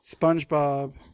SpongeBob